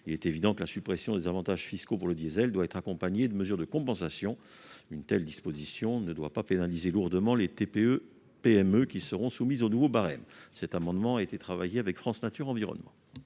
Il est évident que la suppression des avantages fiscaux pour le diesel doit être accompagnée de mesures de compensation. Une telle disposition ne doit en aucun cas pénaliser les TPE et PME qui seront soumises aux nouveaux barèmes. Cet amendement a été travaillé avec France Nature Environnement.